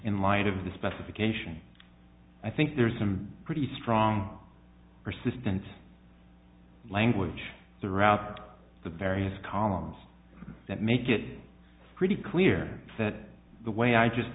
in light of the specification i think there's some pretty strong persistent language throughout the various columns that make it pretty clear that the way i just